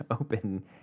open